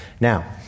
Now